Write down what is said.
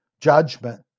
judgment